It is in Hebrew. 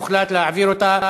הוחלט להעביר אותה,